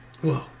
Whoa